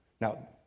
Now